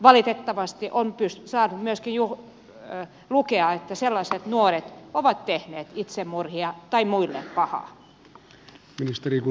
valitettavasti on saatu myöskin lukea että sellaiset nuoret ovat tehneet itsemurhia tai muille pahaa